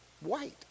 white